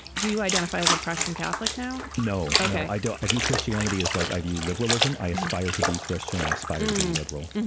do you identify as a practicing catholic now no i don't. view christianity is like i view liberalism. i aspire to be christian i aspire to be liberal.